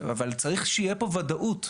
אבל צריך שתהיה פה ודאות,